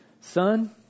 son